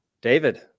David